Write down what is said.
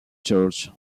church